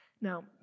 Now